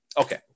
Okay